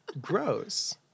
Gross